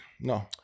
No